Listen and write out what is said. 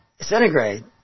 Centigrade